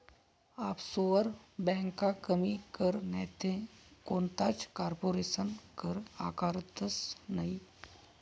offshore ब्यांका कमी कर नैते कोणताच कारपोरेशन कर आकारतंस नयी